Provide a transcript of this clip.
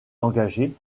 engagés